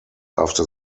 after